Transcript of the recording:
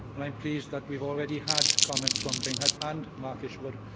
and i'm pleased that we've already had comments from jane hutt and mark isherwood,